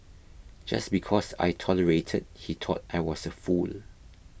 just because I tolerated he thought I was a fool